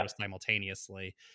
simultaneously